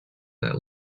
that